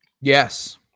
Yes